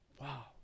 Wow